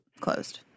closed